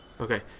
Okay